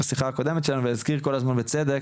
בשיחה הקודמת שלנו והזכיר כל הזמן בצדק